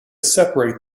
separate